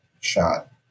shot